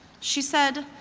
she said,